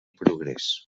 progrés